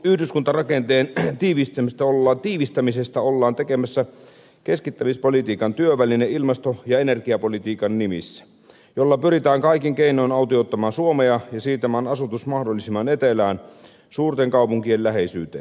yhdyskuntarakenteen tiivistämisestä ollaan ilmasto ja energiapolitiikan nimissä tekemässä keskittämispolitiikan työväline jolla pyritään kaikin keinoin autioittamaan suomea ja siirtämään asutus mahdollisimman etelään suurten kaupunkien läheisyyteen